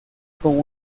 con